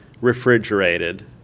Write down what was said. refrigerated